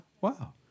Wow